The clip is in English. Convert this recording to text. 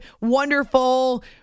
wonderful